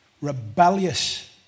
rebellious